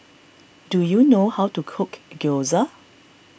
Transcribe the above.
do you know how to cook Gyoza